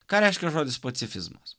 ką reiškia žodis pacifizmas